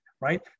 right